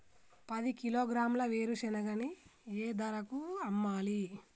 పది కిలోగ్రాముల వేరుశనగని ఏ ధరకు అమ్మాలి?